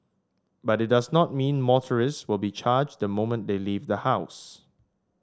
but it does not mean motorists will be charged the moment they leave the house